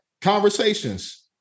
conversations